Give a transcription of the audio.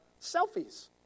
selfies